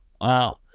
wow